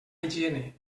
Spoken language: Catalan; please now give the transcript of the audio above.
higiene